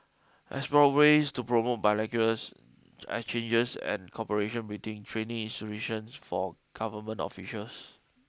explore ways to promote bilaterals exchanges and cooperation between training institutions for government officials